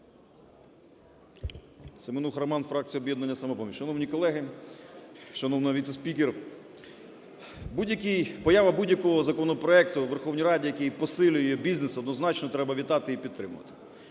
Семенуха Роман, фракція "Об'єднання "Самопоміч". Шановні колеги, шановна віце-спікер! Поява будь-якого законопроекту в Верховній Раді, який посилює бізнес, однозначно треба вітати і підтримувати.